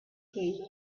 reina